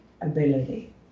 ability